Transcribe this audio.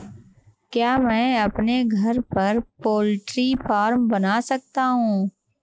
क्या मैं अपने घर पर पोल्ट्री फार्म बना सकता हूँ?